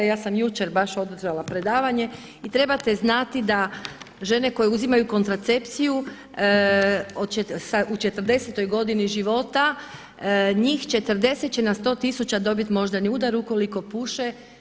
Ja sam jučer baš održala predavanje i trebate znati da žene koje uzimaju kontracepciju u 40 godini života njih 40 će na 100000 dobiti moždani udar ukoliko puše.